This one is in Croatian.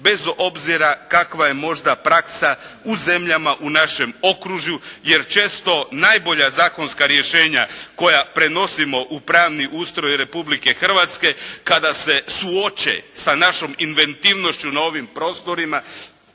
bez obzira kakva je možda praksa u zemljama u našem okružju jer često najbolja zakonska rješenja koja prenosimo u pravni ustroj Republike Hrvatske kada se suoče sa našom inventivnošću na ovim prostorima